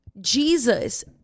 Jesus